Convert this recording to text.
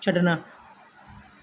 ਛੱਡਣਾ